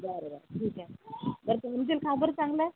बरं बरं ठीक आहे बरं तुमचे खाबर चांगला आहे